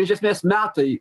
iš esmės metai